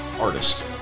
artist